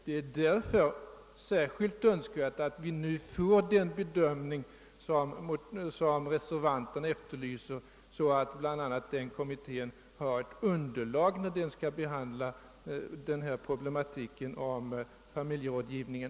Det är därför särskilt önskvärt att vi nu får den bedömning som reservanterna efterlyser, så att den bl.a. kan utgöra ett underlag, när kommittén skall behandla problematiken om familjerådgivningen.